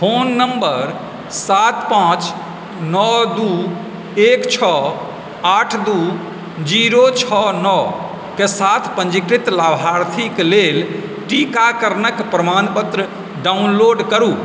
phone number सात पाँच नओ दू एक छओ आठ दू जीरो छओ नओके साथ पंजीकृत लाभार्थीक लेल टीकाकरणक प्रमाणपत्र डाउनलोड करु